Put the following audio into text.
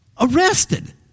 Arrested